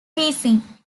teasing